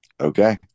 Okay